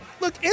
Look